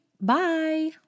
Bye